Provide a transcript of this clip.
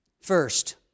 First